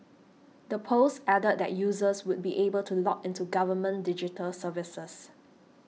the post added that users would be able to log into government digital services